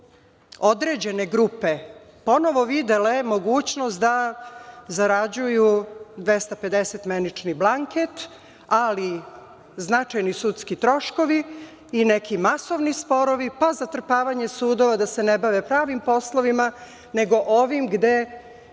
određene grupe ponovo videle mogućnost da zarađuju 250 menični blanket, ali značajni sudski troškovi i neki masovni sporovi, pa zatrpavanje sudova da se ne bave pravim poslovima, nego ovim gde,